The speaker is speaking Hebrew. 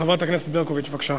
חברת הכנסת ברקוביץ, בבקשה.